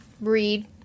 read